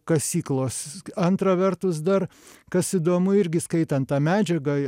kasyklos antra vertus dar kas įdomu irgi skaitant tą medžiagą